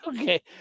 okay